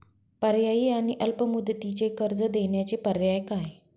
पर्यायी आणि अल्प मुदतीचे कर्ज देण्याचे पर्याय काय?